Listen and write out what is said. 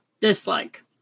Dislike